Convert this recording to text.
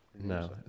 No